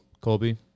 Colby